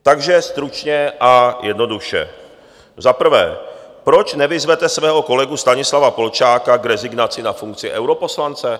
Takže stručně a jednoduše: Za prvé, proč nevyzvete svého kolegu Stanislava Polčáka k rezignaci na funkci europoslance?